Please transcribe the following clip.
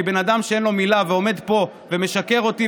כי בן אדם שאין לו מילה ועומד פה ומשקר לי,